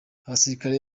abasirikare